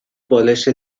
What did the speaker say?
بالشت